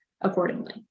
accordingly